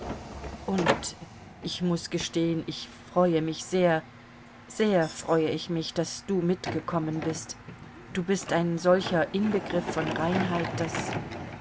und ich muß gestehen ich freue mich sehr sehr freue ich mich daß du mitgekommen bist du bist ein solcher inbegriff von reinheit daß